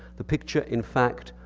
the picture, in fact,